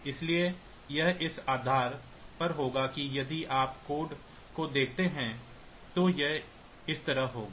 इसलिए यह इस आधार पर होगा कि यदि आप कोड को देखते हैं तो यह इस तरह होगा